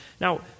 Now